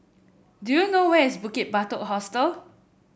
do you know where is Bukit Batok Hostel